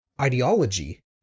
ideology